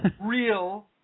real